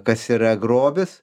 kas yra grobis